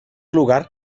lugar